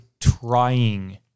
trying